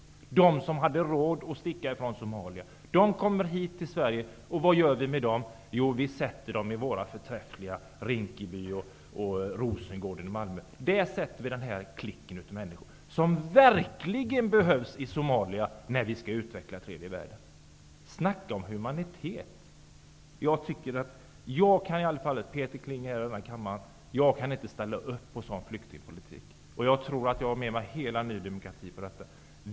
Det var de som hade råd att sticka från Somalia. De kommer hit till Sverige, och vad gör vi med dem? Jo, vi sätter dem i våra förträffliga Rinkeby och Rosengård i Malmö. Där sätter vi den här klicken av människor, som verkligen behövs i Somalia när vi skall utveckla tredje världen. Snacka om humanitet! Jag, Peter Kling här i kammaren, kan i varje fall inte ställa upp på en sådan flyktingpolitik. Jag tror att jag har med mig hela Ny demokrati på detta.